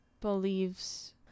believes